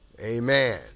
Amen